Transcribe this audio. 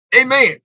Amen